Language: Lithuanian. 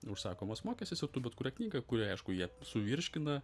užsakomas mokestis ir tu bet kurią knygą kurią aišku jie suvirškina